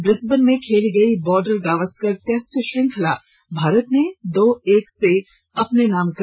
Brisbane में खेली गयी बॉर्डर गवास्कर टेस्ट श्रृंखला भारत ने दो एक से अपने नाम की